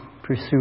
Pursue